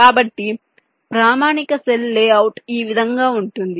కాబట్టి ప్రామాణిక cell layout ఈ విధంగా ఉంటుంది